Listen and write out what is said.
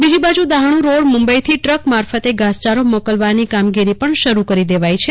બીજી બાજૂ દહાણુ રોડ મુંબઈથી ટ્રક માફરતે ઘાસચારો મોકલવાની કામગીરી પણ શરૂ કરી દેવાઈ છે